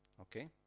Okay